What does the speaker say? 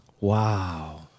Wow